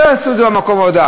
לא יעשו את זה במקום העבודה.